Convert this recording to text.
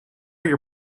your